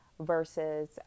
versus